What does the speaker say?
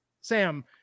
Sam